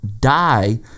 die